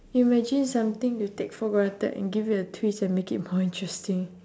you imagine something you take for granted and give it a twist and make it more interesting